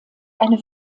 eine